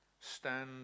stand